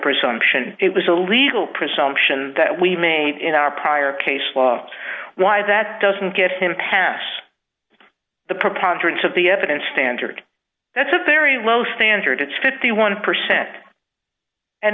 presumption it was a legal presumption that we made in our prior case last why that doesn't give him a pass the preponderance of the evidence standard that's a very low standard it's fifty one percent and